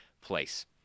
place